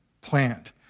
plant